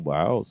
Wow